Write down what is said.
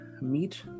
meet